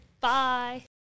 Bye